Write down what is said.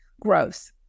growth